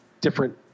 different